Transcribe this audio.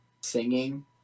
singing